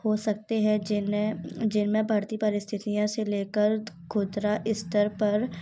हो सकते है जिन्हे जिनमें बढ़ती परिस्थितियों से ले कर खुदरा स्तर पर